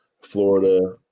Florida